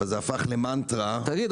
אבל זה הפך למנטרה --- תגיד,